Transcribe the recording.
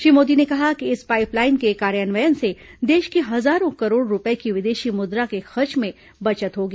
श्री मोदी ने कहा कि इस पाइपलाइन के कार्यान्वयन से देश की हजारों करोड़ रूपये की विदेशी मुद्रा के खर्च में बचत होगी